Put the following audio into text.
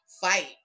fight